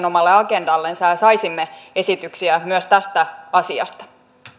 omalle agendallensa ja saisimme esityksiä myös tästä asiasta